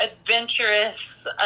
adventurous